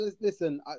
listen